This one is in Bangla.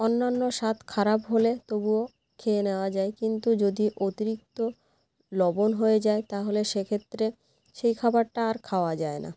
অন্যান্য স্বাদ খারাপ হলে তবুও খেয়ে নেওয়া যায় কিন্তু যদি অতিরিক্ত লবণ হয়ে যায় তাহলে সেক্ষেত্রে সেই খাবারটা আর খাওয়া যায় না